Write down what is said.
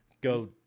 go